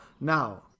Now